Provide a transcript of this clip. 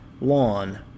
lawn